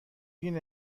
گین